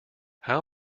how